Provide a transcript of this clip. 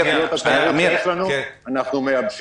את כל התשתיות שיש לנו אנחנו מייבשים.